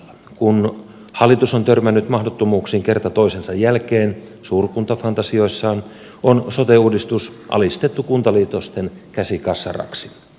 kun hallitus on törmännyt mahdottomuuksiin kerta toisensa jälkeen suurkuntafantasioissaan on sote uudistus alistettu kuntaliitosten käsikassaraksi